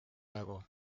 nägu